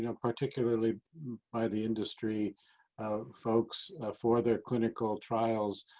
you know particularly by the industry folks for their clinical trials.